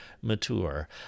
Mature